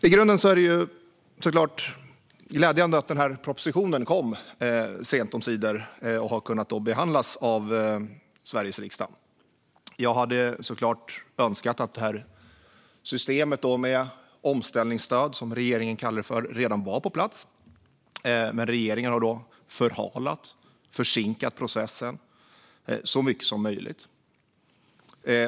Herr talman! I grunden är det såklart glädjande att denna proposition sent omsider kom och har kunnat behandlas av Sveriges riksdag. Jag hade såklart önskat att systemet med omställningsstöd, som regeringen kallar det, redan var på plats, men regeringen har förhalat och försinkat processen så mycket som möjligt.